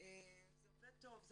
עובד טוב.